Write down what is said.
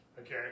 Okay